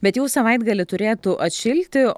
bet jau savaitgalį turėtų atšilti